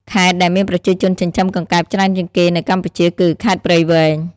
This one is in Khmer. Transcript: ខេត្តដែលមានប្រជាជនចិញ្ចឹមកង្កែបច្រើនជាងគេនៅកម្ពុជាគឺ ខេត្តព្រៃវែង។